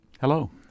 Hello